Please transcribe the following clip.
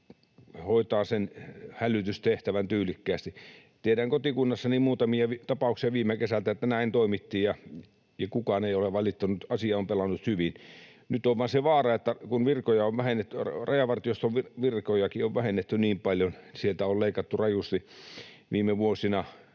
hoitaa sen hälytystehtävän tyylikkäästi. Tiedän kotikunnassani muutamia tapauksia viime kesältä, että näin toimittiin, ja kukaan ei ole valittanut. Asia on pelannut hyvin. Nyt on vain se vaara, että kun Rajavartioston virkojakin on vähennetty niin paljon — sieltä on leikattu rajusti viime vuosina,